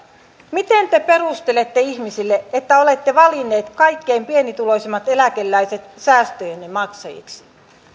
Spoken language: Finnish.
miten te perustelette ihmisille että olette valinneet kaikkein pienituloisimmat eläkeläiset säästöjenne maksajiksi